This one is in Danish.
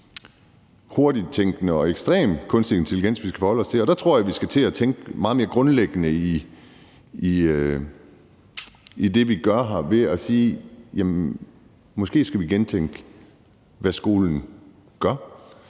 hurtigttænkende og ekstrem kunstig intelligens, vi skal forholde os til. Og der tror jeg, vi skal til at tænke meget mere grundlæggende over det, vi gør her, ved at sige: Jamen måske skal vi gentænke, hvad skolen gør,